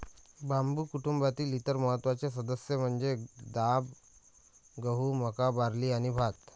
बांबू कुटुंबातील इतर महत्त्वाचे सदस्य म्हणजे डाब, गहू, मका, बार्ली आणि भात